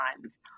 times